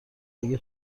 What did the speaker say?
اگه